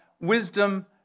wisdom